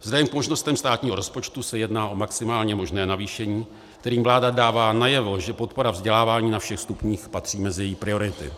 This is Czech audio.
Vzhledem k možnostem státního rozpočtu se jedná o maximálně možné navýšení, kterým vláda dává najevo, že podpora vzdělávání na všech stupních patří mezi její priority.